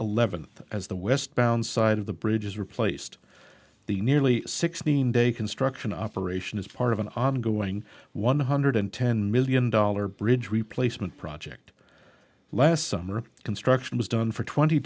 eleventh as the westbound side of the bridge is replaced the nearly sixteen day construction operation is part of an ongoing one hundred ten million dollars bridge replacement project last summer construction was done for twenty